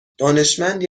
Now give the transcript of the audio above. دانشمندی